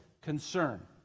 concern